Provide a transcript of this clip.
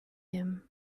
him